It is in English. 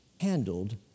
Handled